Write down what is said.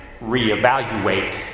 reevaluate